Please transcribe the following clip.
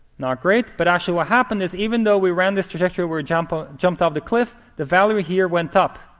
not great. but actually what happened is, even though we ran this trajectory where we ah jumped off the cliff, the value here went up.